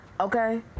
Okay